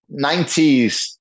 90s